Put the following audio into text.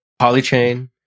Polychain